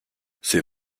c’est